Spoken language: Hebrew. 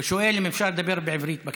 הוא שואל אם אפשר לדבר בעברית בכנסת.